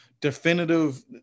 definitive